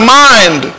mind